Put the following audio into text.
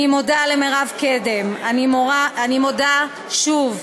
אני מודה למירב קדם, אני מודה, שוב,